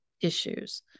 issues